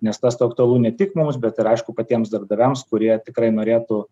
nes tas aktualu ne tik mums bet ir aišku patiems darbdaviams kurie tikrai norėtų